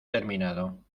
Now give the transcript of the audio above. terminado